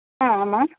ஆ ஆமாம்